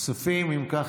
אם כך,